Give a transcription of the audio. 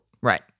Right